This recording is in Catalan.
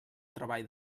treball